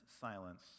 silence